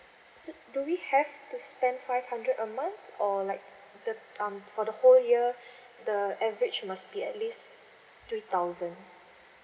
so do we have to spend five hundred a month or like the um for the whole year the average must be at least two thousand